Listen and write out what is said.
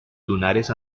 lunares